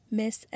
miss